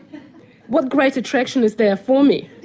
what great attraction is there for me?